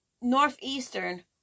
northeastern